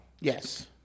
yes